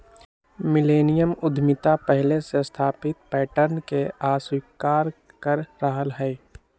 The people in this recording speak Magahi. मिलेनियम उद्यमिता पहिले से स्थापित पैटर्न के अस्वीकार कर रहल हइ